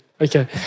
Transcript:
Okay